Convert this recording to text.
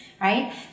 right